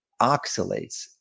oxalates